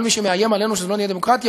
כל מי שמאיים עלינו שלא נהיה דמוקרטיה,